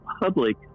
public